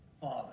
Father